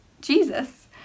Jesus